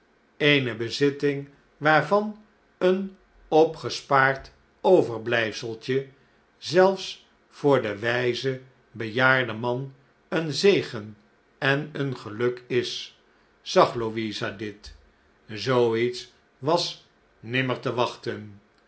eene bezitting waarvan een opgespaard overblijfseltje zelfs voor den wijzen bejaarden man een zegen en een geluk is zag louisa dit zoo iets was nimmer te wachten